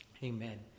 amen